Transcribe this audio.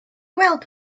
weld